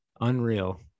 unreal